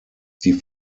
die